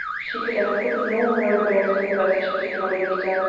she could have put no more embarrassing question to count victor,